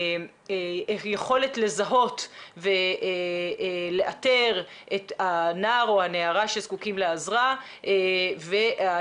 מהיכולת לזהות ולאתר את הנער או הנערה שזקוקים לעזרה והאפשרות